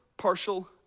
partial